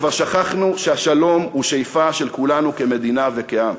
כבר שכחנו שהשלום הוא שאיפה של כולנו כמדינה וכעם.